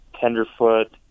tenderfoot